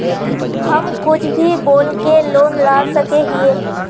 हम कुछ भी बोल के लोन ला सके हिये?